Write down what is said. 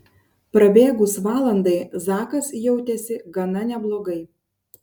prabėgus valandai zakas jautėsi gana neblogai